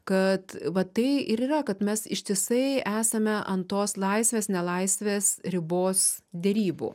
kad va tai ir yra kad mes ištisai esame ant tos laisvės nelaisvės ribos derybų